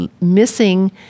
missing